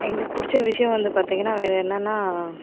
எங்களுக்கு பிடிச்ச விஷயம் வந்து பார்த்தீங்கன்னா வேறு என்னென்னா